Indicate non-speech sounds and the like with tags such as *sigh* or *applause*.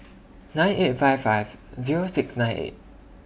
*noise* nine eight five five Zero six nine eight